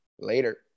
Later